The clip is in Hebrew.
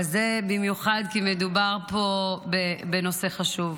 אבל זה במיוחד כי מדובר פה בנושא חשוב.